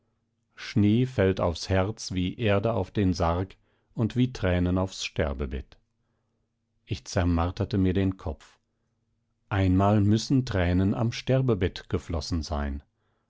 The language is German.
schnee fällt aufs herz wie erde auf den sarg und wie tränen aufs sterbebett ich zermarterte mir den kopf einmal müssen tränen am sterbebett geflossen sein